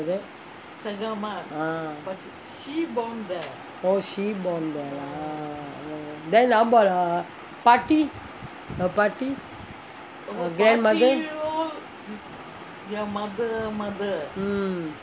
ah oh she born there ah then how about paati her paati her grandmother